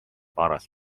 paras